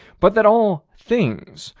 but that all things,